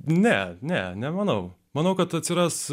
ne ne nemanau manau kad atsiras